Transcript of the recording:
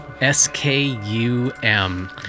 S-K-U-M